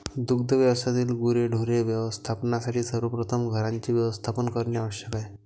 दुग्ध व्यवसायातील गुरेढोरे व्यवस्थापनासाठी सर्वप्रथम घरांचे व्यवस्थापन करणे आवश्यक आहे